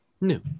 New